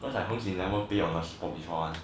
cause like 红景 never pay on spot before one